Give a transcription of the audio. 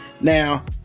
now